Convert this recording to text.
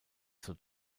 zur